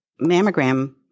mammogram